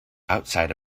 outside